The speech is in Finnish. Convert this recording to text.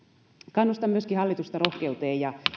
kannustan hallitusta rohkeuteen ja